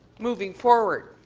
moving forward.